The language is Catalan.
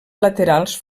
laterals